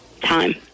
Time